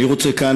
אני רוצה כאן,